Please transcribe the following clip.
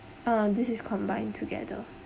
uh this is combined together